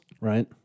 right